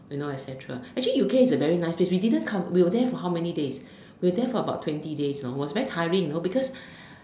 you know et-cetera actually U_K is a very nice place we didn't co we were there for how many days we were there for about twenty days you know was very tiring you know because